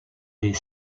des